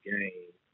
Game